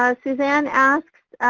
ah suzanne asks